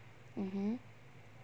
mmhmm